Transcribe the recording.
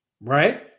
Right